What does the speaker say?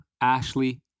Ashley